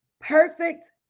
Perfect